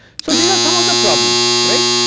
so these are some of the problems right,